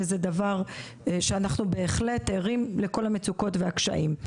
וזה דבר שאנחנו בהחלט ערים לכל המצוקות והקשיים.